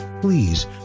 Please